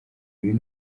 uyu